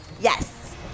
Yes